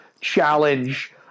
challenge